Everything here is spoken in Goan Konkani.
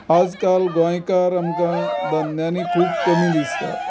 आयज काल गोंयकार आमकां धंद्यानी खूब कमी दिसतात